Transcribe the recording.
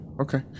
Okay